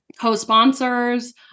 co-sponsors